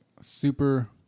super